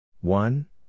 one